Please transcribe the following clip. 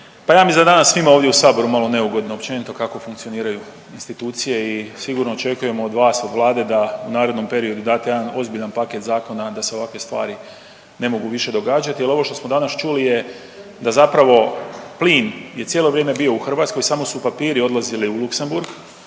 Pa ja mislim da je danas svima ovdje u Saboru malo neugodno općenito kako funkcioniraju institucije i sigurno očekujemo od vas, od Vlade da u narednom periodu date jedan ozbiljan paket zakona da se ovakve stvari ne mogu više događati. Jer ovo što smo danas čuli, da zapravo plin je cijelo vrijeme bio u Hrvatskoj samo su papiri odlazili u Luxembourg.